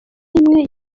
n’imwe